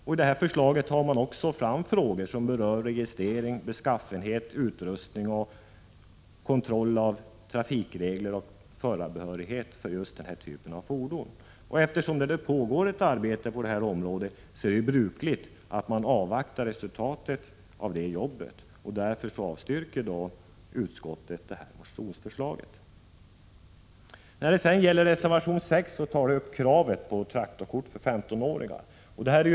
I förslaget behandlas också frågor som berör registrering, beskaffenhet, utrustning och kontroll av trafikregler och förarbehörighet för just den här typen av fordon. Eftersom det pågår ett arbete på detta område bör man, som brukligt är, avvakta resultatet. Därför avstyrker utskottet motionsförslaget. I reservation 6 tas kravet på traktorkort för 15-åringar upp.